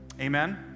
Amen